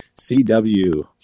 CW